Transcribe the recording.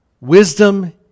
wisdom